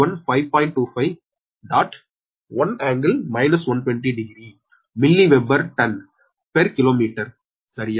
25 1∟ 1200 milliweber turn per kilometre சரியா